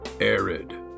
arid